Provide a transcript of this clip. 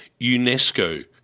UNESCO